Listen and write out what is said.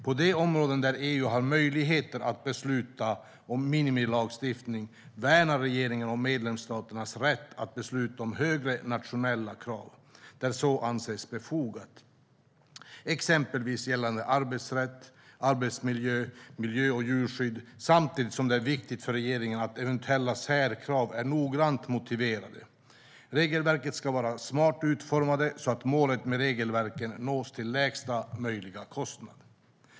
På de områden där EU har möjlighet att besluta om minimilagstiftning värnar regeringen medlemsstaternas rätt att besluta om högre nationella krav där så anses befogat, exempelvis gällande arbetsrätt, arbetsmiljö samt miljö och djurskydd. Samtidigt är det viktigt för regeringen att eventuella särkrav är noggrant motiverade. Regelverk ska vara smart utformade så att målet med regelverken nås till lägsta möjliga kostnad.